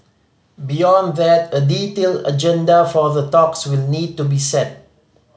beyond that a detailed agenda for the talks will need to be set